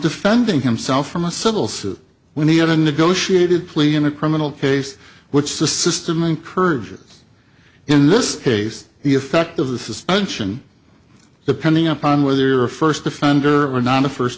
defending himself from a civil suit when he had a negotiated plea in a criminal case which the system encourages in this case the effect of the suspension depending up on whether you're a first offender or not a first